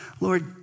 Lord